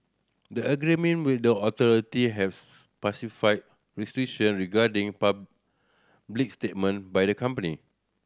the agreement with the authority have restriction regarding public statement by the company